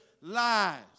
lies